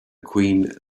queen